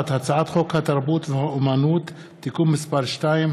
הצעת חוק התרבות והאומנות (תיקון מס' 2),